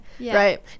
Right